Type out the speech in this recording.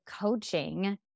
coaching